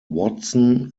watson